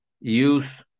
use